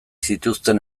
zituzten